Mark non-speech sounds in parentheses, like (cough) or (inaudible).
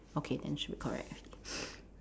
okay then should be correct (noise)